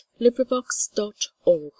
LibriVox.org